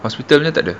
hospital punya tak ada